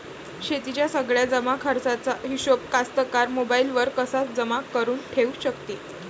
शेतीच्या सगळ्या जमाखर्चाचा हिशोब कास्तकार मोबाईलवर कसा जमा करुन ठेऊ शकते?